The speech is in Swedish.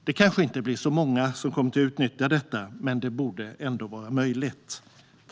Det kanske inte skulle bli så många som utnyttjar detta, men det borde ändå vara möjligt.